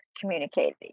communicating